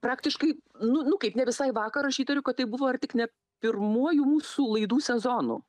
praktiškai nu nu kaip ne visai vakar aš įtariu kad tai buvo ar tik ne pirmuoju mūsų laidų sezonu